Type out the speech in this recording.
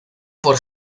por